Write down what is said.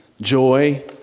joy